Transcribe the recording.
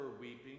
weeping